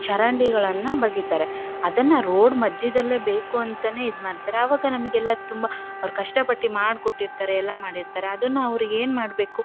ಚರಂಡಿಗಳನ್ನು ಬಗಿತಾರೆ ಅದನ್ನು ರೋಡ್ ಮಧ್ಯದಲ್ಲೇ ಬೇಕು ಅಂತಾನೆ ಇದು ಮಾಡ್ತಾರೆ ಆವಾಗ ನಮಗೆಲ್ಲ ತುಂಬ ಅವ್ರು ಕಷ್ಟಪಟ್ಟು ಮಾಡ್ಕೊಟ್ಟಿರ್ತಾರೆ ಎಲ್ಲ ಮಾಡಿರ್ತಾರೆ ಅದನ್ನ ಅವ್ರಿಗೇನು ಮಾಡಬೇಕು